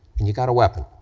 and you got a weapon.